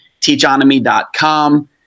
teachonomy.com